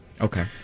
Okay